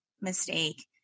mistake